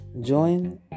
Join